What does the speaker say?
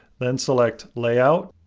then select, layout,